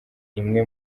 imwe